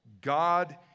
God